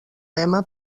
lema